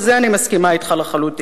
בזה אני מסכימה אתך לחלוטין.